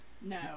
No